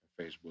Facebook